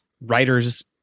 writer's